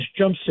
jumpsuit